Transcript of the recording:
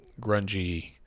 grungy